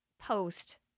post